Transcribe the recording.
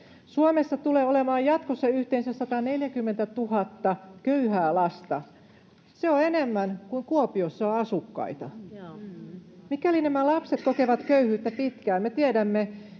Suomessa tulee olemaan jatkossa yhteensä 140 000 köyhää lasta. Se on enemmän kuin Kuopiossa on asukkaita. Me tiedämme jo lama-ajoista, että mikäli